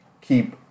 keep